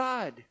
God